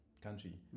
country